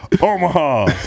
Omaha